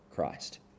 Christ